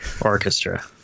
Orchestra